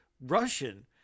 russian